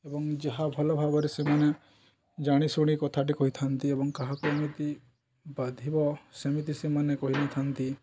ଏବଂ ଯାହା ଭଲ ଭାବରେ ସେମାନେ ଜାଣିଶୁଣି କଥାଟି କହିଥାନ୍ତି ଏବଂ କାହାକୁ ଏମିତି ବାଧିବ ସେମିତି ସେମାନେ କହିନଥାନ୍ତି